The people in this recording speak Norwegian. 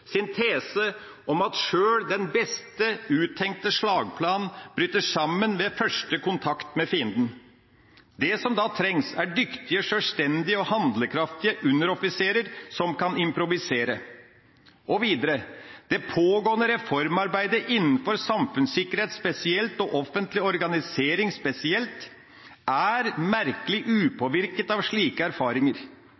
tese om at selv den best uttenkte slagplan bryter sammen ved første kontakt med fienden. Det som da trengs, er dyktige, selvstendige og handlekraftige underoffiserer som kan improvisere.» Og videre: «Det pågående reformarbeidet innenfor samfunnssikkerhet spesielt, og offentlig organisering spesielt, er merkelig upåvirket av slike erfaringer.